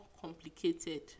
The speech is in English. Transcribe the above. complicated